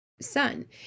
son